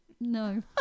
no